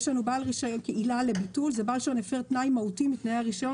יש לנו עילה לביטול: "בעל רישיון הפר תנאי מהותי מתנאי הרישיון,